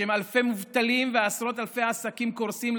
בשם אלפי מובטלים ועשרות אלפי עסקים קורסים,